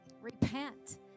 repent